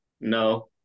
No